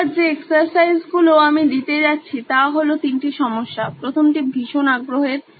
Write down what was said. এবার যে এক্সারসাইজগুলো আমি দিতে যাচ্ছি তা হলো তিনটি সমস্যা প্রথমটি ভীষণ আগ্রহের